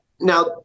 now